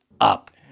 up